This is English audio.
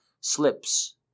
slips